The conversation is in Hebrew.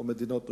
או מדינות אויב.